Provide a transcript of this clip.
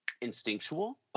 instinctual